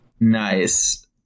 Nice